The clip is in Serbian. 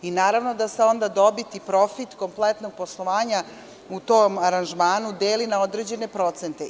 Naravno da se onda dobit i profit kompletnog poslovanja u tom aranžmanu deli na određene procente.